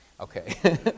Okay